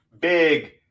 big